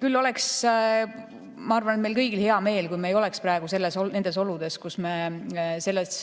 Küll oleks, ma arvan, meil kõigil hea meel, kui me ei oleks praegu nendes oludes, kus me selles